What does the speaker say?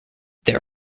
their